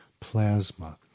plasma